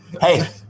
Hey